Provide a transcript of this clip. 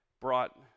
brought